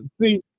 See